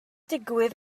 digwydd